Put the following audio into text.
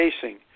facing